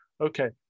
okay